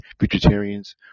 vegetarians